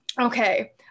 Okay